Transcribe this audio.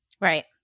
Right